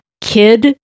kid